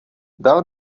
dal